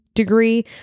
degree